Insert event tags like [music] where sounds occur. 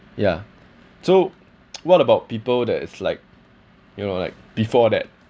ya so [noise] what about people that is like you know like before that